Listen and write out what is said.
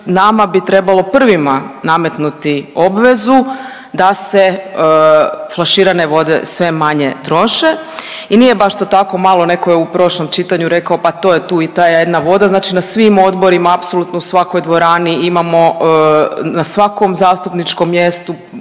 nama bi trebalo prvima nametnuti obvezu da se flaširane vode sve manje troše. I nije baš to tako malo, netko je u prošlom čitanju rekao pa to je tu i ta jedna voda znači na svim odborima, apsolutno u svakoj dvorani imamo, na svakom zastupničkom mjestu